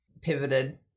pivoted